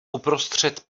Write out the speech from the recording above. uprostřed